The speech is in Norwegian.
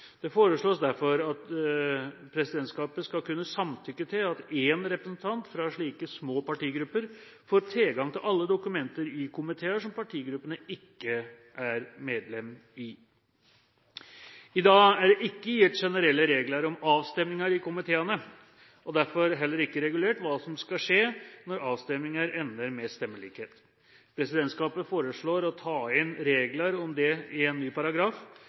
Det foreslås derfor at presidentskapet skal kunne samtykke til at en representant fra slike små partigrupper får tilgang til alle dokumenter i komiteer som partigruppen ikke er medlem i. I dag er det ikke gitt generelle regler om avstemninger i komiteene, og det er derfor heller ikke regulert hva som skal skje når avstemninger ender med stemmelikhet. Presidentskapet foreslår å ta inn regler om det i en ny paragraf,